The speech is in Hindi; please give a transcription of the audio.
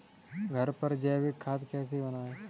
घर पर जैविक खाद कैसे बनाएँ?